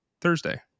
Thursday